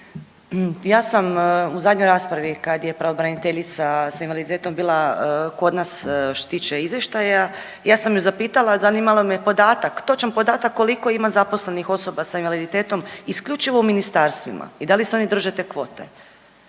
Ja sam u zadnjoj raspravi kad je pravobraniteljica s invaliditetom bila kod nas što se tiče izvještaja, ja sam ju zapitala zanimalo me podatak, točan podatak koliko ima zaposlenih osoba s invaliditetom isključivo u ministarstvima i da li se oni drže te kvote.